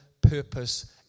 purpose